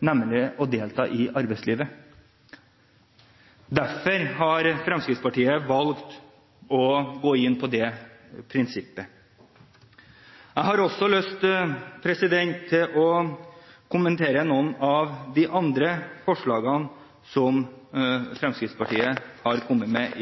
nemlig å delta i arbeidslivet. Derfor har Fremskrittspartiet valgt å gå inn på det prinsippet. Jeg har også lyst til å kommentere noen av de andre forslagene som Fremskrittspartiet har kommet med